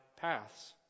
paths